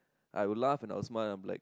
I will laugh and I will smile like